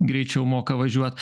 greičiau moka važiuot